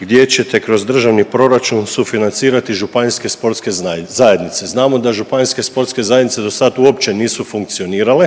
gdje ćete kroz državni proračun sufinancirati županijske sportske zajednice. Znamo da županijske sportske zajednice do sad uopće nisu funkcionirale.